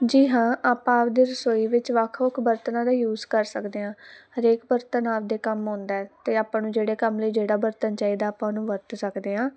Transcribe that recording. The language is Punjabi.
ਜੀ ਹਾਂ ਆਪਾਂ ਆਪਦੇ ਰਸੋਈ ਵਿੱਚ ਵੱਖ ਵੱਖ ਬਰਤਨਾਂ ਦਾ ਯੂਜ਼ ਕਰ ਸਕਦੇ ਹਾਂ ਹਰੇਕ ਬਰਤਨ ਆਪਦੇ ਕੰਮ ਆਉਂਦਾ ਅਤੇ ਆਪਾਂ ਨੂੰ ਜਿਹੜੇ ਕੰਮ ਲਈ ਜਿਹੜਾ ਬਰਤਨ ਚਾਹੀਦਾ ਆਪਾਂ ਉਹਨੂੰ ਵਰਤ ਸਕਦੇ ਹਾਂ